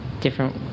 different